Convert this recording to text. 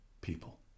people